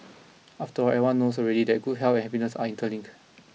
after all everyone knows already that good health and happiness are interlink